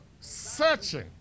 Searching